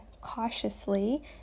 cautiously